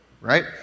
right